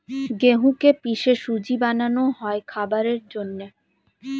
গেহুকে পিষে সুজি বানানো হয় খাবারের জন্যে